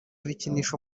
bikinisho